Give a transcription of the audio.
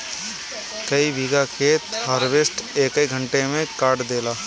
कई बिगहा खेत हार्वेस्टर एके घंटा में काट देला